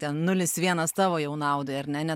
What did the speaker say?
ten nulis vienas tavo jau naudai ar ne ne